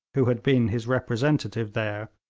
who had been his representative there,